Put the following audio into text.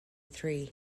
three